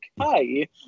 okay